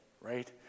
right